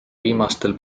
viimastel